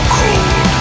cold